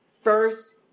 first